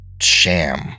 sham